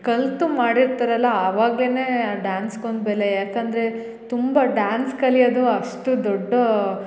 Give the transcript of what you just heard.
ಕಲ್ತು ಮಾಡಿರ್ತಾರಲ್ಲ ಅವಾಗ್ಲೆ ಡಾನ್ಸ್ಗೊಂದು ಬೆಲೆ ಯಾಕಂದರೆ ತುಂಬ ಡಾನ್ಸ್ ಕಲಿಯದು ಅಷ್ಟು ದೊಡ್ಡ